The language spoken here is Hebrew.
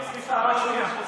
סליחה, רק שנייה.